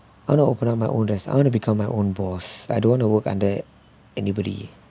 I don't open up my orders I want to become my own boss I don't want to work under anybody